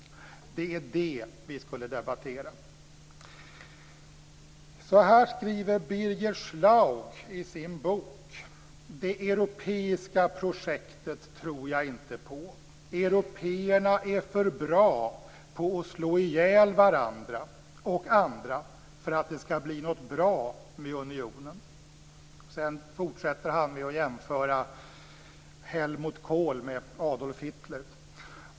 Det är det vi skulle debattera. Så här skriver Birger Schlaug i sin bok: "Det europeiska projektet tror jag inte på. Européerna är för bra på att slå ihjäl varandra och andra för att det ska bli något bra med Unionen." Sedan fortsätter han med att jämföra Helmut Kohl med Adolf Hitler.